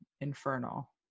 infernal